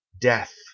death